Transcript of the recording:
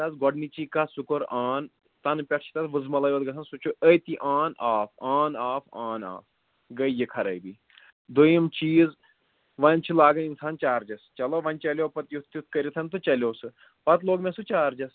تَس گۄڈٕنِچی کَتھ سُہ کوٚر آن تَنہٕ پٮ۪ٹھ چھِ تَتھ وُزمَلٕے یوت گژھان سُہ چھُ أتی on off on off on off گٔے یہِ خرٲبی دوٚیُم چیٖز وۄنۍ چھِ لاگٕنۍ اِنسان چارٕجَس چلو وۄنۍ چَلیو پَتہٕ یُتھ تیُتھ کٔرِتھ تہٕ چَلیو سُہ پَتہٕ لوگ مےٚ سُہ چارٕجَس